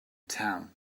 town